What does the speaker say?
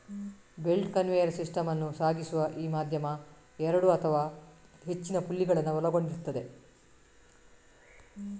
belt conveyor system ಅನ್ನು ಸಾಗಿಸುವ ಈ ಮಾಧ್ಯಮ ಎರಡು ಅಥವಾ ಹೆಚ್ಚಿನ ಪುಲ್ಲಿಗಳನ್ನ ಒಳಗೊಂಡಿರ್ತದೆ